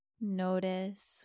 Notice